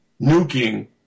nuking